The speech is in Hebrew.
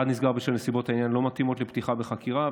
אחד נסגר משום שנסיבות העניין לא מתאימות לפתיחה בחקירה,